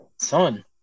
Son